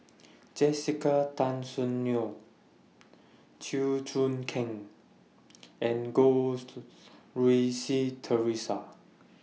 Jessica Tan Soon Neo Chew Choo Keng and Goh Rui Si Theresa